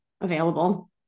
available